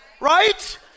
Right